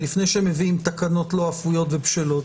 לפני שהם מביאים תקנות לא אפויות ולא בשלות.